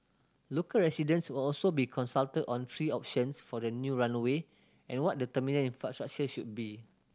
local residents will also be consulted on three options for the new runway and what the terminal infrastructure should be